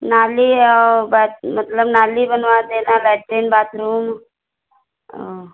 नालो औ ब मतलब नाली बनवा देना लैट्रीन बाथरूम औ